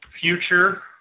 future